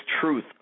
truth